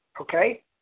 okay